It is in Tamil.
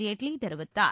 ஜேட்லி தெரிவித்தார்